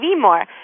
more